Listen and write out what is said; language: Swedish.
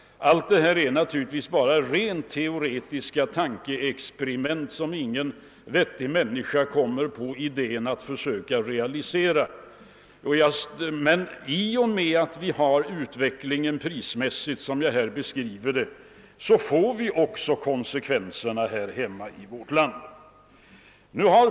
Detta är naturligtvis bara ett rent teoretiskt tankeexperiment, som ingen vettig människa skulle försöka realisera. Vad jag vill säga är att vi får ta konsekvenserna också hemma i vårt land av den prisutveckling som jag har beskrivit.